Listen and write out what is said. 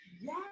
Yes